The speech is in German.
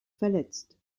verletzt